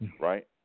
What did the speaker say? Right